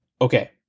Okay